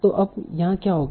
तो अब यहाँ क्या होगा